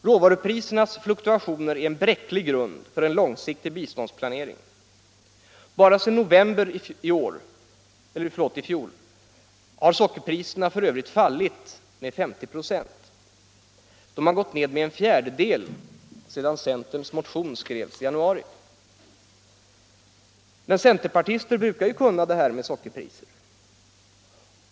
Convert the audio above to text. Råvaruprisernas fluktuationer är en bräcklig grund för en långsiktig biståndsplanering — bara sedan november i fjol har sockerpriserna f. ö. fallit med 50 96. De har gått ned med en fjärdedel sedan centerns motion skrevs i januari. Men centerpartister brukar ju kunna det här med sockerpriser.